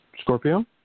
Scorpio